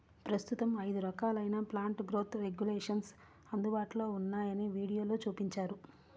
ప్రస్తుతం ఐదు రకాలైన ప్లాంట్ గ్రోత్ రెగ్యులేషన్స్ అందుబాటులో ఉన్నాయని వీడియోలో చూపించారు